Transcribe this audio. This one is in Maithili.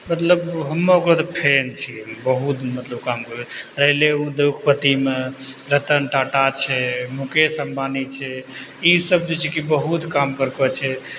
मतलब हमे ओकरो फैन छियै बहुत मतलब काम करै छै उद्योगपतिमे रतन टाटा छै मुकेश अम्बानी छै ई सब जे छै कि बहुत काम छै